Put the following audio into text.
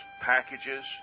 packages